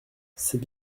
c’est